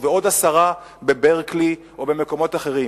ועוד עשרה בברקלי או במקומות אחרים.